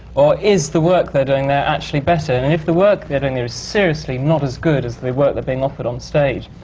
or is the work they're doing there actually better? and if the work they're doing there is seriously not as good as the work they're being offered on stage,